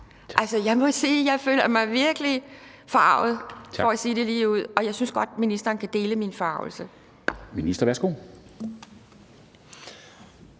dømmes. Jeg må sige, at jeg føler mig virkelig forarget, for at sige det ligeud, og jeg synes godt, at ministeren kan dele min forargelse. Kl.